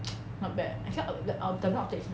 not bad actually u~ W optics